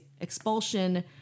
expulsion